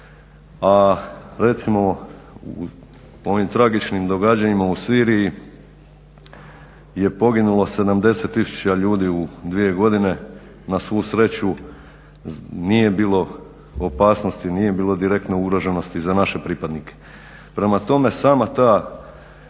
a recimo u ovim tragičnim događanjima u Siriji je poginulo 70 000 ljudi u 2 godini treću nije bilo opasnosti, nije bilo direktne ugroženosti za naše pripadnike. Prema tome sama ta